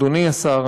אדוני השר,